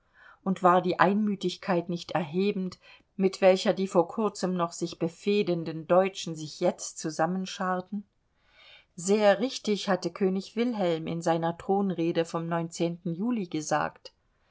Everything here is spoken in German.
und war die einmütigkeit nicht erhebend mit welcher die vor kurzem noch sich befehdenden deutschen sich jetzt zusammenscharten sehr richtig hatte könig wilhelm in seiner thronrede vom juli gesagt